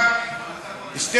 עכשיו אומרים תודה ליושב-ראש הכנסת.